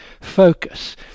focus